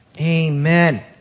Amen